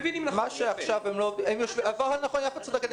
יפה צודקת.